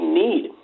need